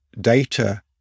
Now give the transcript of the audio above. data